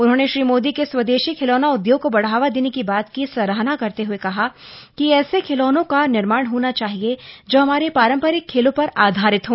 उन्होंने श्री मोदी के स्वदेशी खिलौना उद्योग को बढ़ावा देने की बात की सराहना करते हुए कहा कि ऐसे खिलौनों का निर्माण होना चाहिए जो हमारे पारम्परिक खेलों पर आधारित हो